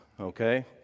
okay